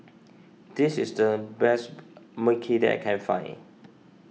this is the best Mui Kee that I can find